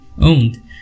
owned